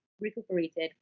recuperated